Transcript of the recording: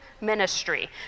ministry